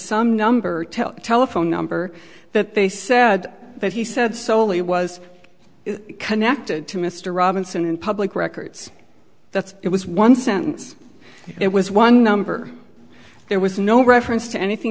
some number telephone number that they said that he said solely was connected to mr robinson and public records that's it was one sentence it was one number there was no reference to anything